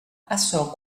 açò